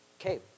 Okay